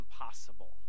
impossible